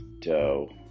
dough